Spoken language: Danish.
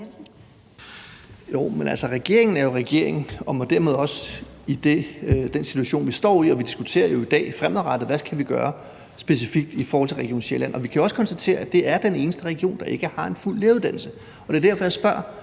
regeringen er jo regering og må dermed også forholde sig til den situation, vi står i, og vi diskuterer jo i dag, hvad vi fremadrettet skal gøre specifikt i forhold til Region Sjælland. Vi kan jo også konstatere, at det er den eneste region, der ikke har en fuld lægeuddannelse. Og det er derfor, jeg spørger,